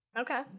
Okay